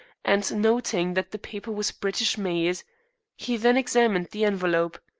and noting that the paper was british made he then examined the envelope.